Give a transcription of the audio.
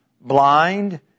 blind